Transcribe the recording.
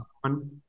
one